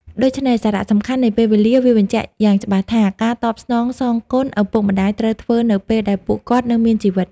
ដូច្នេះសារៈសំខាន់នៃពេលវេលា វាបញ្ជាក់យ៉ាងច្បាស់ថា ការតបស្នងគុណឪពុកម្តាយត្រូវធ្វើនៅពេលដែលពួកគាត់នៅមានជីវិត។